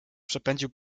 przepędził